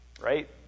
Right